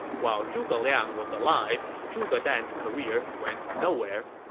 while zhuge liang was alive, zhuge dan's career went nowhere.